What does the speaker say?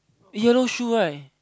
yellow shoe right